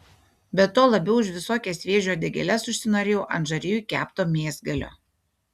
be to labiau už visokias vėžių uodegėles užsinorėjau ant žarijų kepto mėsgalio